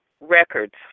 records